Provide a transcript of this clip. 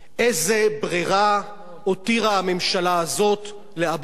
איזו ברירה הותירה הממשלה הזאת לאבו מאזן?